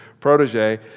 protege